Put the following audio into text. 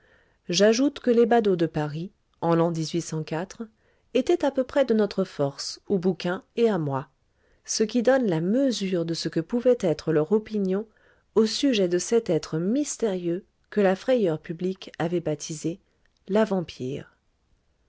j'ajoute que les badauds de paris en l'an étaient à peu près de notre force au bouquin et à moi ce qui donne la mesure de ce que pouvait être leur opinion au sujet de cet être mystérieux que la frayeur publique avait baptisé la vampire